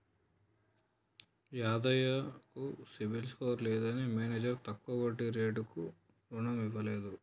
యాదయ్య కు CIBIL score లేదని manager తక్కువ వడ్డీ రేటుకు రుణం ఇవ్వలేదు